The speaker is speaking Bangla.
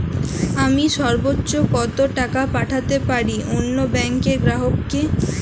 আমি সর্বোচ্চ কতো টাকা পাঠাতে পারি অন্য ব্যাংকের গ্রাহক কে?